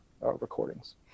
recordings